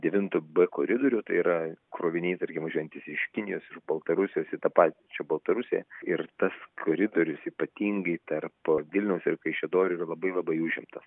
devintu b koridoriu tai yra kroviniai tarkim važiuojantys iš kinijos iš baltarusijos tą pačią baltarusiją ir tas koridorius ypatingai tarp vilniaus ir kaišiadorių yra labai labai užimtas